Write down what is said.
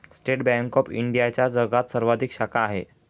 state bank of इंडियाच्या जगात सर्वाधिक शाखा आहेत